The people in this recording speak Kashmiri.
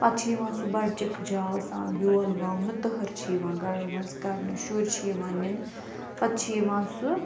پَتہٕ چھِ یِوان سُہ بڑٕ چِکہٕ چاوٕ سَان بیول وونہٕ تٔہر چھِ یِوان گرو منٛز کڑنہٕ شُرۍ چھِ یوان نِنہٕ پَتہٕ چھِ یوان سُہ